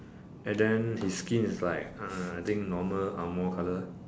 and then his skin is like uh I think normal angmoh colour